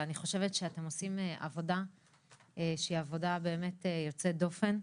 אני חושבת שאתם עושים עבודה שהיא עבודה באמת יוצאת דופן,